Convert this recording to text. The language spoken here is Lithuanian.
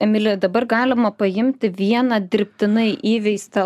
emili dabar galima paimti vieną dirbtinai įveistą